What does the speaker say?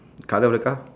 colour of the car